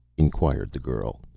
inquired the girl,